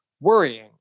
worrying